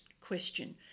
question